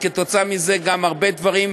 וכתוצאה מזה גם הרבה דברים,